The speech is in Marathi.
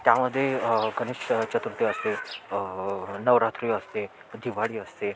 त्यामध्ये गणेश चतुर्थी असते नवरात्री असते दिवाळी असते